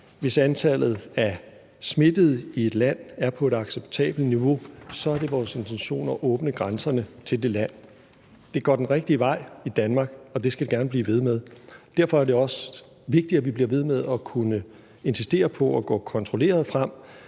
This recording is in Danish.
hvis antallet af smittede i et land er på et acceptabelt niveau, så er det vores intention at åbne grænserne til det land. Det går den rigtige vej i Danmark, og det skal det gerne blive ved med. Derfor er det også vigtigt, at vi bliver ved med at kunne insistere på at gå kontrolleret frem,